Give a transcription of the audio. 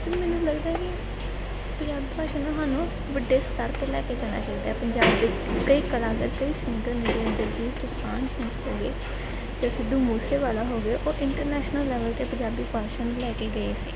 ਅਤੇ ਮੈਨੂੰ ਲੱਗਦਾ ਹੈ ਕਿ ਪੰਜਾਬੀ ਭਾਸ਼ਾ ਨੂੰ ਸਾਨੂੰ ਵੱਡੇ ਸਤੱਰ 'ਤੇ ਲੈ ਕੇ ਜਾਣਾ ਚਾਹੀਦਾ ਪੰਜਾਬ ਦੇ ਕਈ ਕਲਾਕਾਰ ਕਈ ਸਿੰਗਰ ਜਿਵੇਂ ਦਿਲਜੀਤ ਦੋਸਾਂਝ ਨੇ ਹੈਗੇ ਜਾਂ ਸਿੱਧੂ ਮੂਸੇਵਾਲਾ ਹੋ ਗਿਆ ਉਹ ਇੰਟਰਨੈਸ਼ਨਲ ਲੈਵਲ 'ਤੇ ਪੰਜਾਬੀ ਭਾਸ਼ਾ ਨੂੰ ਲੈ ਕੇ ਗਏ ਸੀ